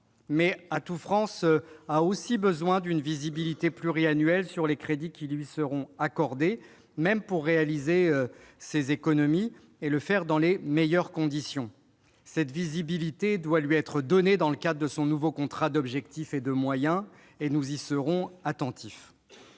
Mais Atout France a aussi besoin d'une visibilité pluriannuelle sur les crédits qui lui seront accordés pour réaliser ces économies dans les meilleures conditions. Cette visibilité doit lui être donnée dans le cadre de son nouveau contrat d'objectifs et de moyens. Nous y serons attentifs.